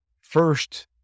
first